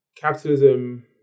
capitalism